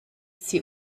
sie